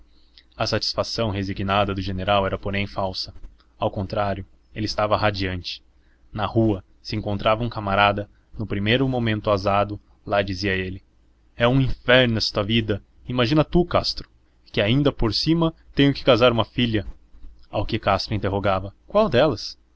a satisfação resignada do general era porém falsa ao contrário ele estava radiante na rua se encontrava um camarada no primeiro momento azado lá dizia ele é um inferno esta vida imagina tu castro que ainda por cima tenho que casar uma filha ao que castro interrogava qual delas